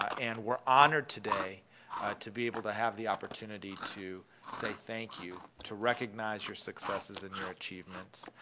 ah and we're honored today to be able to have the opportunity to say thank you, to recognize your successes and your achievements,